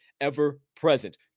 ever-present